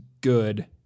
good